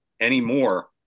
anymore